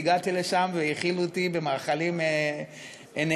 הגעתי לשם והאכילו אותי במאכלים נהדרים.